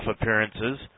appearances